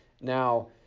Now